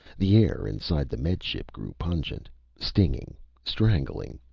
the air inside the med ship grew pungent stinging strangling.